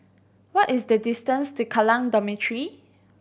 what is the distance to Kallang Dormitory